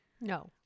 No